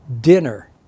dinner